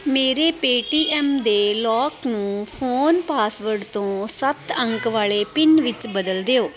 ਮੇਰੇ ਪੇਟੀਐੱਮ ਦੇ ਲੌਕ ਨੂੰ ਫ਼ੋਨ ਪਾਸਵਰਡ ਤੋਂ ਸੱਤ ਅੰਕ ਵਾਲੇ ਪਿੰਨ ਵਿੱਚ ਬਦਲ ਦਿਓ